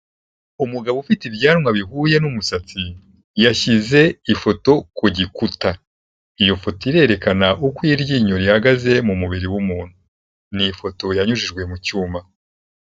Umugabo ufite ibyanwa bihuye n'umusatsi yashyize ifoto ku gikuta, iyo foto irerekana uko iryinyo rihagaze mu mubiri w'umuntu, ni ifoto yanyujijwe mu cyuma.